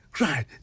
Right